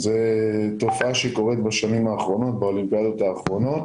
זה תופעה שקורית בשנים האחרונות באולימפיאדות האחרונות.